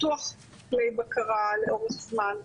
פיתוח כלי בקרה לאורך זמן.